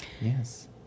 Yes